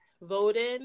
voting